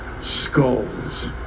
skulls